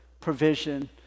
provision